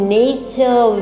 nature